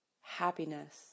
happiness